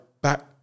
back